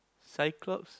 Cyclops